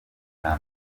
cya